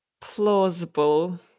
plausible